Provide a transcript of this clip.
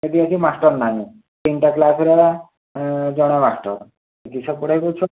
ସେଠି ଏଠି ମାଷ୍ଟର୍ ନାହିଁ ତିନିଟା କ୍ଲାସ୍ରେ ହେଲା ଜଣେ ମାଷ୍ଟର୍ କିସ ପଢ଼ାଇବ ଛୁଆ